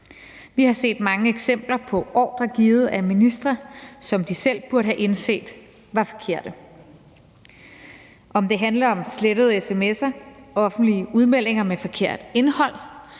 Vi har set mange eksempler på ordrer givet af ministre, som de selv burde have indset var forkerte. Om det handler om slettede sms'er, offentlige udmeldinger med forkert indhold